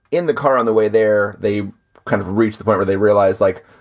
in the car, on the way there. they kind of reached the point where they realized, like,